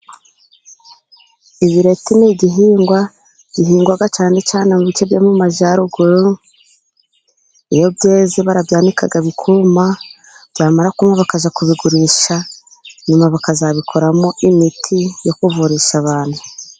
Ibireti ni igihingwa gihingwa cyane cyane mu bice byo mu majyaruguru, iyo byeze barabibika bikuma byamara kuma, bakaza kubigurisha nyuma bakazabikoramo imiti yo kuvurisha abantu.